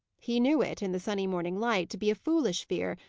he knew it, in the sunny morning light, to be a foolish fear,